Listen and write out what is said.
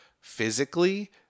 physically